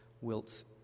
wilts